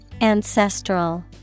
Ancestral